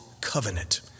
covenant